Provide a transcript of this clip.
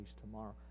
tomorrow